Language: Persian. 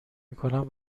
میکنم